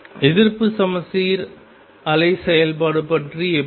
எதிர்ப்பு சமச்சீர் அலை செயல்பாடு பற்றி எப்படி